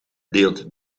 deelt